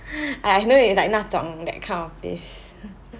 I know you like 那种 that kind of this